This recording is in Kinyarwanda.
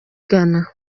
ghana